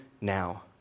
now